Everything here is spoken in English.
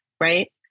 right